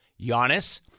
Giannis